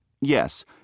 Yes